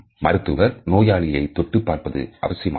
மருத்துவர் நோயாளியை தொட்டுப் பார்ப்பது அவசியமாகும்